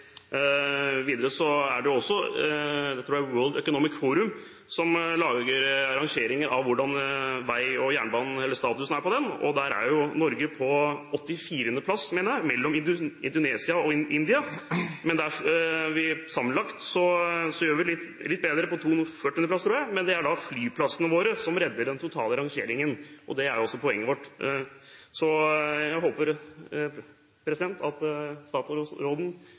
Videre er det slik at World Economic Forum lager rangeringer over hvordan statusen på vei og jernbane er. Der er Norge på 84. plass, mener jeg – mellom Indonesia og India. Sammenlagt gjør vi det litt bedre, med 42. plass, tror jeg. Det er flyplassene våre som redder den totale rangeringen. Det er også poenget vårt. Jeg håper at